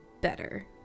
better